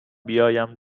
بیایم